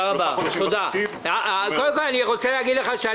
הילדים האוטיסטים והילדים בעלי הצרכים המיוחדים שייכים לכל המגזרים.